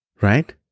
right